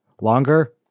longer